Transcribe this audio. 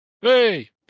Hey